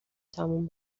تموم